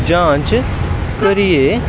जांच करियै